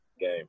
game